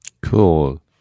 Cool